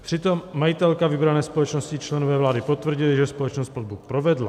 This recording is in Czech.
Přitom majitelka vybrané společnosti i členové vlády potvrdili, že společnost platbu provedla.